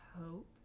hope